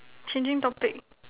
changing topic